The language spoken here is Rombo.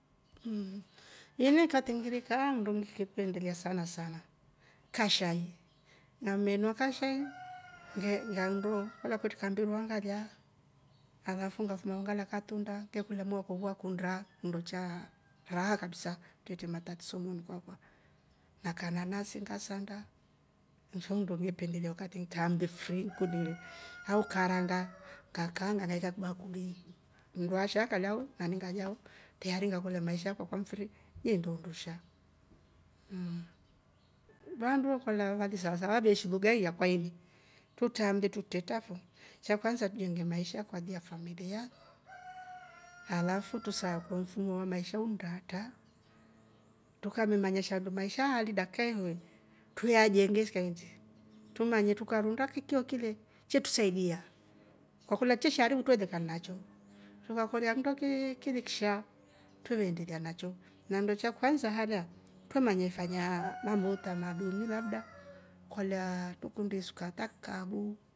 Mmm ini katingilikaa ngepelia sana sana ka shai, ngamenywa ka shai nge- ngando kolia kwetre ka mbirwa ngaliya alafu ngafuma ngala ka tunda ngekoriya moyo wa kwa ngakunda nndo cha raha kabisa, twetre matatiso kabisa na kananasi ngasanda nsho kindo ngependelia wakati ngitramre frii ngikundile au karangaa ngakanga nikaika kibakulini mnduasha akalao na ningalao teyari ngakoriya maisha akwakwamfiri ye enda undusha mmm!. Vandu we kolya wali savasava ve eshi lugha i yakwa trutamle trutetra fo chanza tujenge maisha kwa ajili ya familia alaf tusakwe mfumo wa maisha unda atra tukamemanya shandu maisha ali dakikai tuyajenge shi kayindi, tumwanye tukarunda kikyokei le chetusaidia twakoliya chesha aribu twelekana nacho tukakolya nndo ki kili kisha tweve endelia nacho na nndo cha kwanza halya twe manya ifanya mambo ya utamaduni labda kolyaaa tukundi tukundi isuka hata kikabu,